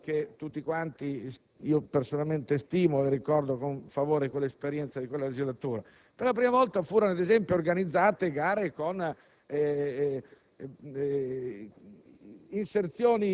della struttura che io per primo stimo, e ricordo con favore l'esperienza di quella legislatura - per la prima volta furono, ad esempio, organizzate gare con